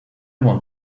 want